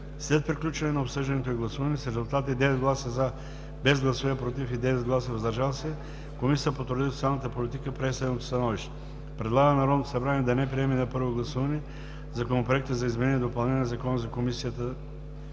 След приключване на обсъждането и гласуване с резултати: 9 гласа „за“, без „против“ и 9 гласа „въздържали се“, Комисията по труда и социалната политика прие следното становище: предлага на Народното събрание да не приеме на първо гласуване Законопроект за изменение и допълнение на Закона за Комисията